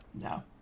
no